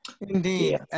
Indeed